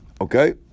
Okay